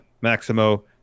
Maximo